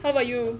how about you